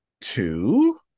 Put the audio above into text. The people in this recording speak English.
Two